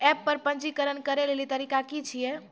App पर पंजीकरण करै लेली तरीका की छियै?